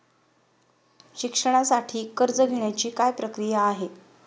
शिक्षणासाठी कर्ज घेण्याची काय प्रक्रिया आहे?